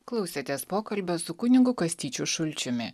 klausėtės pokalbio su kunigu kastyčiu šulčiumi